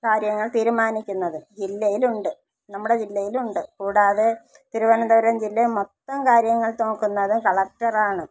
കാര്യങ്ങൾ തീരുമാനിക്കുന്നത് ജില്ലയിൽ ഉണ്ട് നമ്മുടെ ജില്ലയിലുണ്ട് കൂടാതെ തിരുവനന്തപുരം ജില്ലയിലെ മൊത്തം കാര്യങ്ങൾ നോക്കുന്നത് കളക്ടർ ആണ്